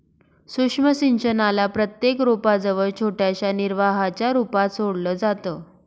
सूक्ष्म सिंचनाला प्रत्येक रोपा जवळ छोट्याशा निर्वाहाच्या रूपात सोडलं जातं